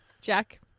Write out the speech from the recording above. Jack